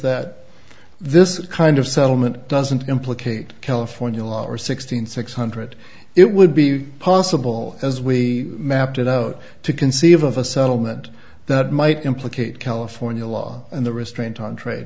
that this kind of settlement doesn't implicate california law or sixteenth six hundred it would be possible as we mapped it out to conceive of a settlement that might implicate california law and the restraint on tr